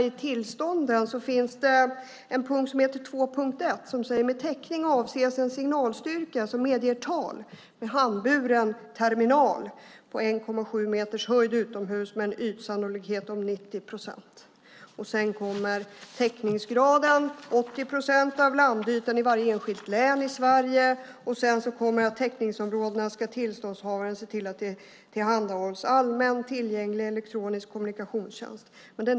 I tillstånden finns en punkt som heter 2.1 som lyder: Med täckning avses en signalstyrka som medger tal med handburen terminal på 1,7 meters höjd utomhus med en ytsannolikhet om 90 procent. Vidare står det att täckningsgraden ska vara 80 procent av landytan i varje enskilt län i Sverige och att tillståndshavaren ska se till att det tillhandahålls allmän tillgänglig elektronisk kommunikationstjänst i täckningsområdena.